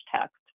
text